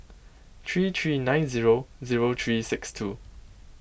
three three nine zero zero three six two